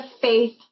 faith